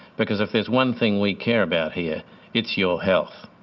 because if there's one thing we care about here it's your health.